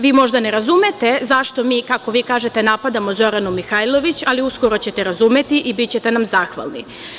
Vi možda ne razumete, zašto mi, kako vi kažete, napadamo Zoranu Mihajlović, ali uskoro ćete razumeti i bićete nam zahvalni.